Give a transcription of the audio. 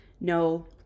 no